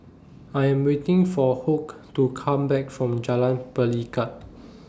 I Am waiting For Hoke to Come Back from Jalan Pelikat